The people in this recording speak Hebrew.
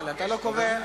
אבל אתה לא קובע.